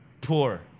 poor